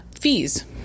fees